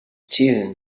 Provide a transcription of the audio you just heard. tune